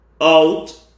out